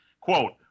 quote